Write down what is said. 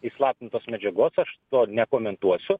įslaptintos medžiagos aš to nekomentuosiu